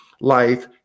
life